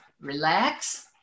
relax